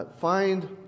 find